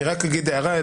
אני רק אגיד הערה.